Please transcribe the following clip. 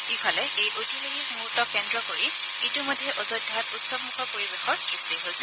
ইফালে এই ঐতিহাসিক মুহূৰ্তক কেন্দ্ৰ কৰি ইতিমধ্যে অযোধ্যাত উৎসৱমূখৰ পৰিৱেশৰ সৃষ্টি হৈছে